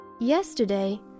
yesterday